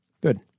Good